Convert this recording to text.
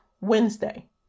Wednesday